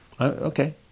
Okay